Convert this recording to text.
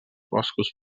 boscos